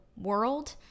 world